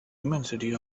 immensity